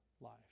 life